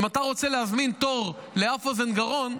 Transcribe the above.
אם אתה רוצה להזמין תור לאף אוזן גרון,